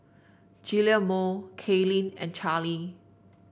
Guillermo Kaylen and Charlie